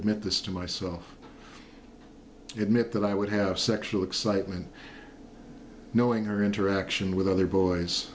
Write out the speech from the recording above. admit this to myself admit that i would have sexual excitement knowing her interaction with other boys